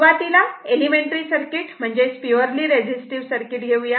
सुरूवातीला elementary circuit म्हणजेच purely resistive circuit घेऊया